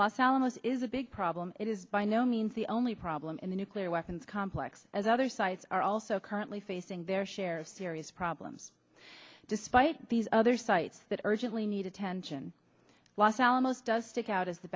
los alamos is a big problem it is by no means the only problem in the nuclear weapons complex as other sites are also currently facing their share of serious problems despite these other sites that urgently need attention los alamos does stick out as the